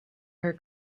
her